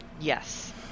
yes